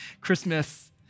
Christmas